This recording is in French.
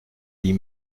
dit